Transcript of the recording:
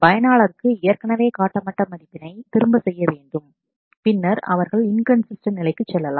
பயனாளருக்கு ஏற்கனவே காட்டப்பட்ட மதிப்பினை திரும்ப செய்ய வேண்டும் பின்னர் அவர்கள் இன்கன்சிஸ்டன்ட் நிலைக்கு செல்லலாம்